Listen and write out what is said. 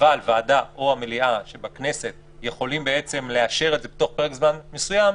אבל ועדה או מליאת הכנסת יכולות לאשר את זה תוך פרק זמן מסוים,